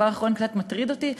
דבר אחרון קצת מטריד אותי.